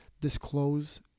disclose